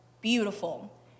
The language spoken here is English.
beautiful